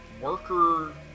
worker